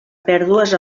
pèrdues